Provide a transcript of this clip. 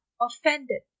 Offended